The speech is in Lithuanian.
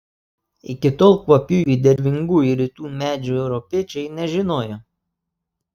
iki tol kvapiųjų dervingųjų rytų medžių europiečiai nežinojo